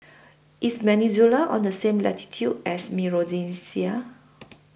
IS Venezuela on The same latitude as Micronesia